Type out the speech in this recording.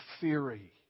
theory